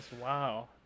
wow